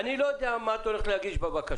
אני לא יודע מה את הולכת להגיש בבקשה.